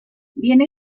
viene